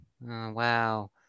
wow